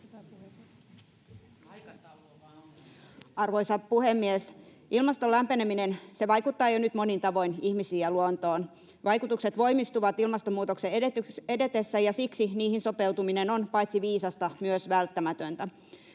Arvoisa puhemies! Ilmaston lämpeneminen vaikuttaa jo nyt monin tavoin ihmisiin ja luontoon. Vaikutukset voimistuvat ilmastonmuutoksen edetessä, ja siksi niihin sopeutuminen on paitsi viisasta myös välttämätöntä.